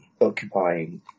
occupying